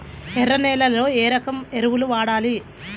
ఎర్ర నేలలో ఏ రకం ఎరువులు వాడాలి?